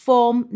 Form